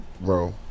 bro